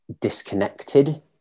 disconnected